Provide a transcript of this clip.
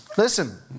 Listen